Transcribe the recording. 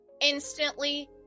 Instantly